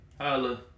Holla